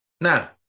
Now